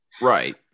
Right